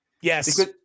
Yes